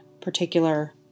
particular